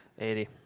80